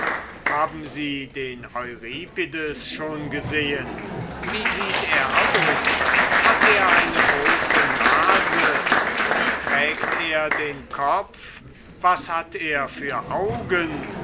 haben sie den euripides schon gesehen wie sieht er aus hat er eine große nase wie trägt er den kopf was hat er für augen